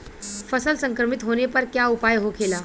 फसल संक्रमित होने पर क्या उपाय होखेला?